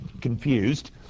confused